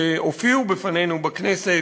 שהופיעו בפנינו בכנסת,